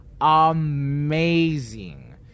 amazing